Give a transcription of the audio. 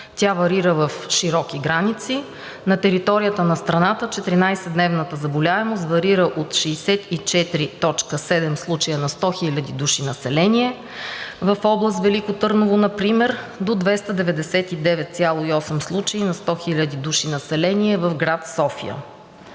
Тя варира в широки граници – на територията на страната 14 дневната заболеваемост варира от 64,7 случая на 100 хиляди души население в област Велико Търново например до 299,8 случая на 100 хиляди души население в град София.